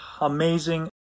amazing